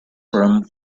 room